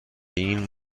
این